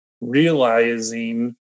realizing